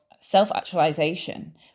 self-actualization